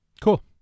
Cool